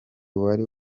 wari